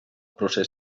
procés